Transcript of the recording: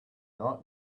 night